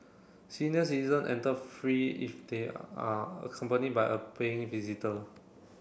senior citizen enter free if they are accompanied by a paying visitor